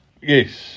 Yes